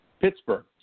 Pittsburgh